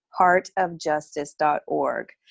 HeartOfJustice.org